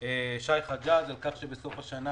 שי חג'ג', דיבר על כך שבסוף השנה